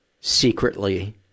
secretly